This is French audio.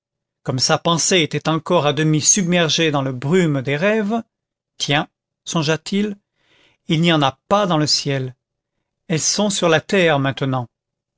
comme sa pensée était encore à demi submergée dans la brume des rêves tiens songea-t-il il n'y en a pas dans le ciel elles sont sur la terre maintenant